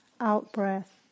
out-breath